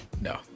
no